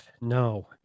No